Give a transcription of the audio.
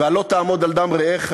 ועל 'לא תעמד על דם רעך'‏".